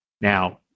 Now